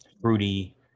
fruity